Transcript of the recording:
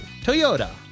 Toyota